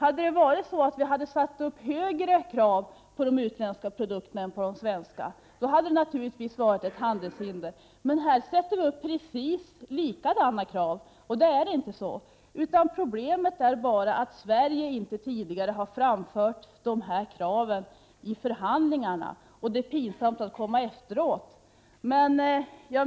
Om vi hade satt upp högre krav på de utländska produkterna än på de svenska, hade det naturligtvis varit fråga om ett handelshinder, men vi ställer bara upp exakt likadana krav på båda typerna av produkter, och då är det inte fråga om något handelshinder. Problemet är bara att Sverige inte tidigare har framfört de här kraven i förhandlingarna och att det är pinsamt att komma efteråt med dem.